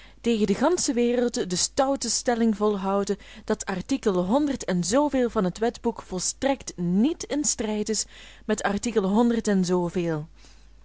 tegen de gansche wereld de stoute stelling volhouden dat artikel honderd en zooveel van het wetboek volstrekt niet in strijd is met artikel honderd en zooveel